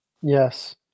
Yes